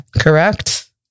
Correct